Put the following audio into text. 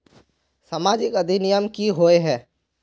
सामाजिक अधिनियम की होय है?